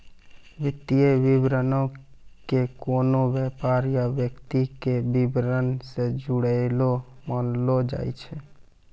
वित्तीय विवरणो के कोनो व्यापार या व्यक्ति के विबरण से जुड़लो मानलो जाय छै